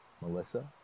Melissa